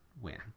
win